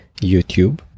YouTube